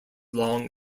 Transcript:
long